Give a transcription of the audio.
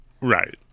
Right